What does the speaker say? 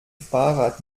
fahrrad